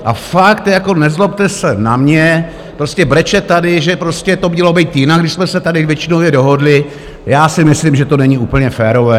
A fakt nezlobte se na mě, prostě brečet tady, že to mělo být jinak, když jsme se tady většinově dohodli, já si myslím, že to není úplně férové.